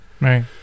Right